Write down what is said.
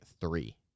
three